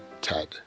Ted